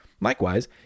Likewise